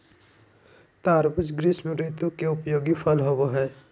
तरबूज़ ग्रीष्म ऋतु के उपयोगी फल होबो हइ